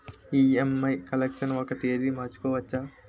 EMI collection ఒక తేదీ మార్చుకోవచ్చా?